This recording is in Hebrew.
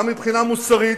גם מבחינה מוסרית,